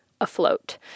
afloat